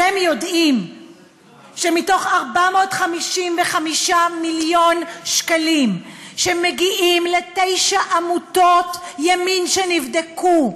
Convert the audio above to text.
אתם יודעים שמתוך 455 מיליון שקלים שמגיעים לתשע עמותות ימין שנבדקו,